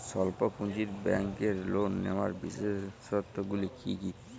স্বল্প পুঁজির ব্যাংকের লোন নেওয়ার বিশেষত্বগুলি কী কী?